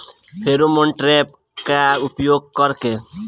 Pheromone trap का उपयोग कर के?